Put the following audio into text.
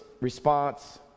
response